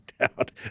out